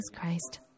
Christ